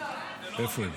איפה הם?